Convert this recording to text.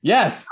Yes